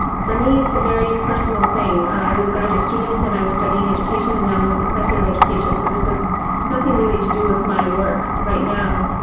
for me, it's a very personal thing. i was a graduate student and i was studying education, and now i'm a professor of education. so this has nothing really to do with my work, right now.